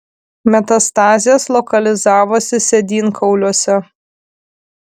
metastazės lokalizavosi sėdynkauliuose